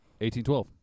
1812